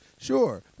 Sure